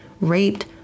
raped